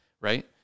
right